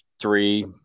three